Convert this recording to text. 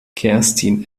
kerstin